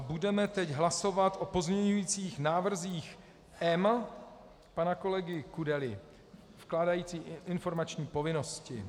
Budeme teď hlasovat o pozměňujících návrzích M pana kolegy Kudely, vkládajících informační povinnosti.